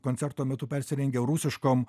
koncerto metu persirengę rusiškom